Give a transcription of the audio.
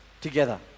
together